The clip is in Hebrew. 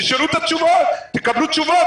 תשאלו את השאלות, תקבלו תשובות.